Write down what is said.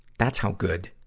that's how good